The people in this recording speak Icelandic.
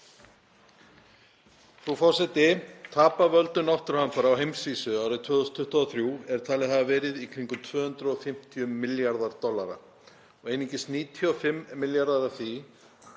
Frú forseti. Tap af völdum náttúruhamfara á heimsvísu árið 2023 er talið hafa verið í kringum 250 milljarðar dollara og einungis 95 milljarðar af því